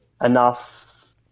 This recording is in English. enough